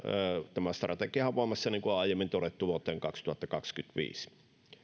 tämä strategiahan on voimassa niin kuin on aiemmin todettu vuoteen kaksituhattakaksikymmentäviisi